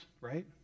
right